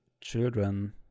children